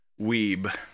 weeb